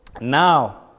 Now